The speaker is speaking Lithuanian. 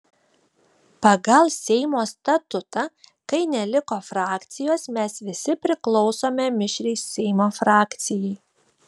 pagal seimo statutą kai neliko frakcijos mes visi priklausome mišriai seimo frakcijai